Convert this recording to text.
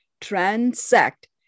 transact